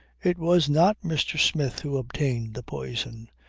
it was not mr. smith who obtained the poison.